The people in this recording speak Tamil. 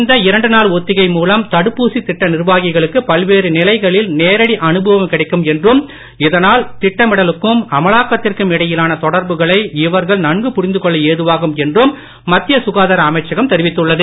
இந்த நாள்ஒத்திகைமூலம்தடுப்பூசிதிட்டநிர்வாகிகளுக்குபல்வேறுநிலைகளில்நே ரடிஅனுபவம்கிடைக்கும்என்றும் இதனால்திட்டமிடலுக்கும் அமலாக்கத்திற்கும்இடையிலானதொடர்புகளைஇவர்கள்நன்குபுரிந்துகொ ள்ளஏதுவாகும்என்றும்மத்தியசுகாதாரஅமைச்சகம்தெரிவித்துள்ளது